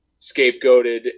scapegoated